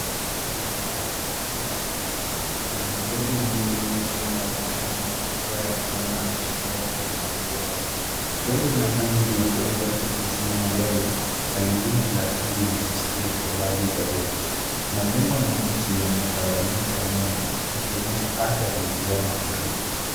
Barabara imejaa maji mengi. Kuna magari mawili yalioonekana yakiwa yamezama nusu ndani ya maji haya. Gari la rangi ya fedha limesimama mbele na lingine la rangi nyeusi liko mbali zaidi. Majengo na miti yametawanyika nyuma yakionyesha athari za mafuriko.